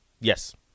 Yes